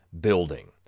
building